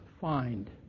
find